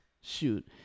shoot